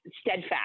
steadfast